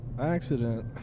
Accident